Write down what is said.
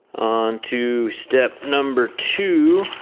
on to step number two.